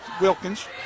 Wilkins